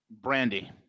Brandy